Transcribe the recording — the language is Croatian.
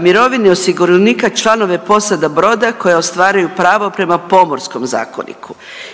mirovine osiguranika članove posada broda koje ostvaraju pravo prema Pomorskom zakoniku